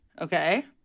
Okay